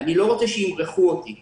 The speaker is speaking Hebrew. אני לא רוצה ש"ימרחו" אותי.